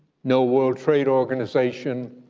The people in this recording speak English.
no world trade organization,